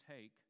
take